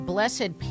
Blessed